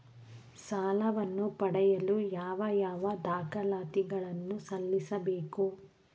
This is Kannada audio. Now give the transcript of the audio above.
ಸಾಲವನ್ನು ಪಡೆಯಲು ಯಾವ ಯಾವ ದಾಖಲಾತಿ ಗಳನ್ನು ಸಲ್ಲಿಸಬೇಕು?